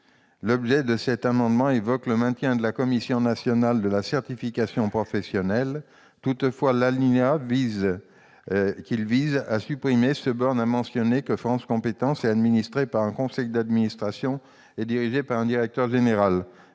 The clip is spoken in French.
auteurs de cet amendement plaident pour le maintien de la Commission nationale de la certification professionnelle. Toutefois, l'alinéa qu'ils proposent de supprimer se borne à mentionner que France compétences est administrée par un conseil d'administration et dirigée par un directeur général.